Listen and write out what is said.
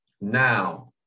now